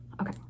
Okay